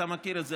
אתה מכיר את זה,